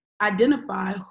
identify